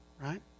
right